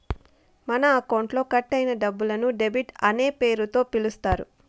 మన అకౌంట్లో కట్ అయిన డబ్బులను డెబిట్ అనే పేరుతో పిలుత్తారు